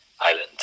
island